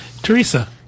Teresa